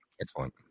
Excellent